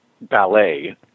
ballet